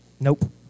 Nope